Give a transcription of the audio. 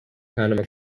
panama